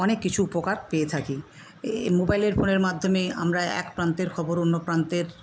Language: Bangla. অনেক কিছু উপকার পেয়ে থাকি এ মোবাইলের ফোনের মাধ্যমে আমরা এক প্রান্তের খবর অন্য প্রান্তের